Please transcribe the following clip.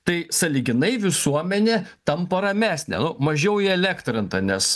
tai sąlyginai visuomenė tampa ramesnė mažiau įelektrinta nes